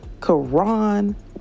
Quran